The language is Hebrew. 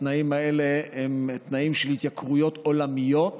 התנאים האלה הם תנאים של התייקרויות עולמיות